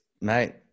mate